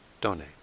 donate